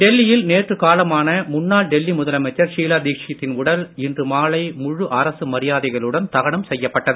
டெல்லியில் நேற்று காலமான முன்னாள் டெல்லி முதலமைச்சர் ஷீலா தீட்சித்தின் உடல் இன்று மாலை முழு அரசு மரியாதைகளுடன் தகனம் செய்யப்பட்டது